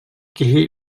киһи